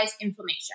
inflammation